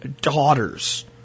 daughters